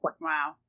Wow